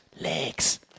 Legs